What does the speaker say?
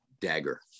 Dagger